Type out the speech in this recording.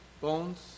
bones